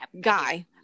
guy